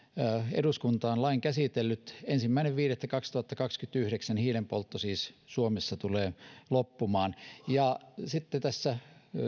on lain käsitellyt ensimmäinen viidettä kaksituhattakaksikymmentäyhdeksän hiilenpoltto siis suomessa tulee loppumaan sitten tässä